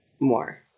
more